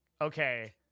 okay